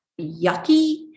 yucky